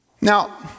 Now